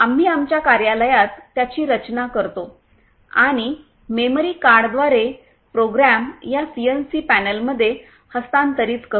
आम्ही आमच्या कार्यालयात त्याची रचना करतो आणि मेमरी कार्डद्वारे प्रोग्राम या सीएनसी पॅनेलमध्ये हस्तांतरित करतो